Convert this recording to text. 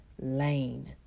lane